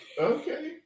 Okay